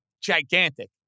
Gigantic